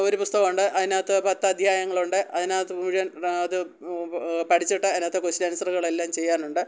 ഒരു പുസ്തകമുണ്ട് അയിനാത്ത് പത്തദ്ധ്യായങ്ങളുണ്ട് അതിനകത്ത് മുഴുവൻ അത് പഠിച്ചിട്ട് അതിനകത്ത് കൊസ്റ്റ്യൻ ഏൻസറുകളെല്ലാം ചെയ്യാനുണ്ട്